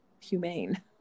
humane